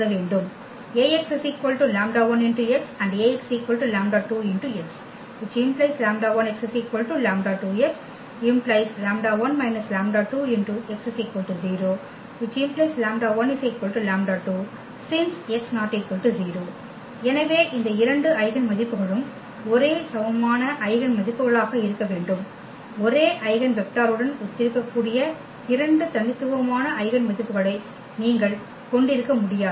வேண்டும் Ax λ1x Ax λ2x ⇒ λ1x λ2x ⇒ λ1− λ2x 0 ⇒ λ1 λ2 since x ≠ 0 எனவே இந்த இரண்டு ஐகென் மதிப்புகளும் ஒரே சமமான ஐகென் மதிப்புகளாக இருக்க வேண்டும் ஒரே ஐகென் வெக்டருடன் ஒத்திருக்கக்கூடிய 2 தனித்துவமான ஐகென் மதிப்புக்களை நீங்கள் கொண்டிருக்க முடியாது